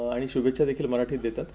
आणि शुभेच्छा देखील मराठीत देतात